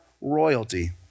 royalty